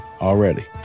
already